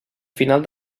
final